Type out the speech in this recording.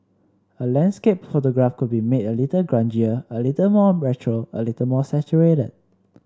a landscape photograph could be made a little grungier a little more retro a little more saturated